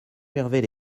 gervais